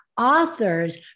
authors